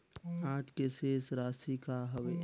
आज के शेष राशि का हवे?